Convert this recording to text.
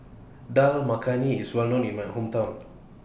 Dal Makhani IS Well known in My Hometown